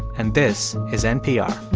and this is npr